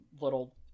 little